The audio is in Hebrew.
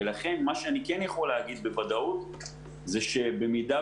ולכן מה שאני כן יכול להגיד בוודאות זה שבמידה